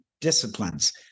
disciplines